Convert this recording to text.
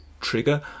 trigger